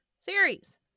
series